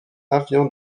avion